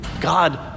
God